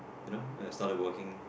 you know I started working